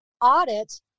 audit